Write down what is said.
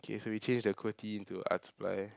okay so we change the qwerty into a art supply